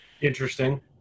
Interesting